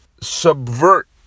subvert